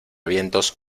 vientos